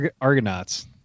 Argonauts